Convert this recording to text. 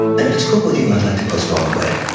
and if it's cool with you, i'd like to postpone the wedding.